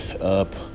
up